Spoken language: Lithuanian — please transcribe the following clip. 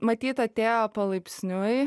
matyt atėjo palaipsniui